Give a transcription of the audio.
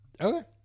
Okay